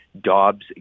Dobbs